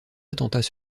attentats